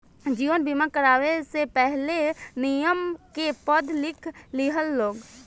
जीवन बीमा करावे से पहिले, नियम के पढ़ लिख लिह लोग